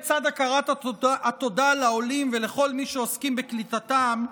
בצד הכרת התודה לעולים ולכל מי שעוסקים בקליטתם,